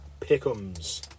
pickums